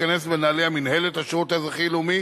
שתיכנס בנעלי מינהלת השירות האזרחי-לאומי,